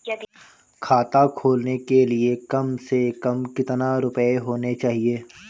खाता खोलने के लिए कम से कम कितना रूपए होने चाहिए?